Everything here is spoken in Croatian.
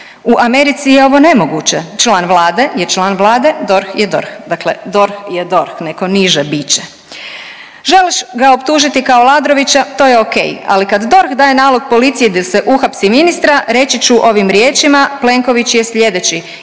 U Americi je ovo nemoguće. Član Vlade je član Vlade, DORH je DORH. Dakle, DORH je DORH, neko niže biće. Želiš ga optužiti kao Aladrovića to je o.k., ali kad DORH daje nalog policiji da se uhapsi ministra reći ću ovim riječima Plenković je sljedeći